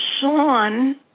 Sean